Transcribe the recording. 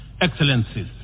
Excellencies